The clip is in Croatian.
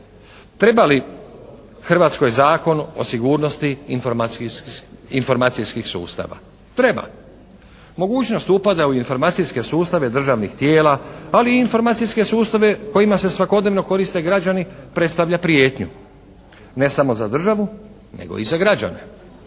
Treba li Hrvatskoj Zakon o sigurnosti informacijskih sustava? Treba. Mogućnost upada u informacijske sustave državnih tijela ali i informacijske sustave kojima se svakodnevno koriste građani predstavlja prijetnju ne samo za državu nego i za građane.